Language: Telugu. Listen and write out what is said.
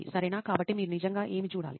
సరెనా కాబట్టి మీరు నిజంగా ఏమి చూడాలి